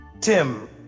Tim